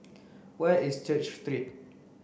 where is Church Street